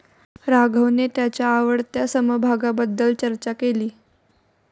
राघवने त्याच्या आवडत्या समभागाबद्दल चर्चा केली